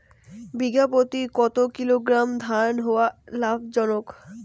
বিঘা প্রতি কতো কিলোগ্রাম ধান হওয়া লাভজনক?